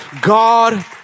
God